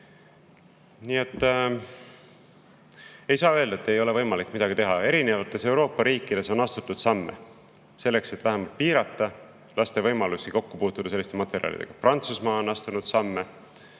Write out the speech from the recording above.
Ei saa öelda, et ei ole võimalik midagi teha. Erinevates Euroopa riikides on astutud samme selleks, et vähemalt piirata laste võimalusi puutuda kokku selliste materjalidega. Prantsusmaa on astunud samme.